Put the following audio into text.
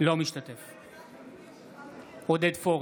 אינו משתתף בהצבעה עודד פורר,